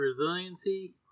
resiliency